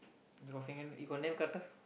you got fingernail you got nail cutter